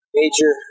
major